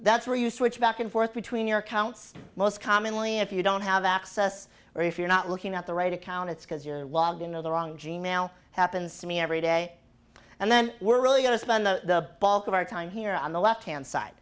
that's where you switch back and forth between your counts most commonly if you don't have access or if you're not looking at the right account it's because you're logged into the wrong g mail happens to me every day and then we're really going to spend the bulk of our time here on the left hand side